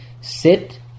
sit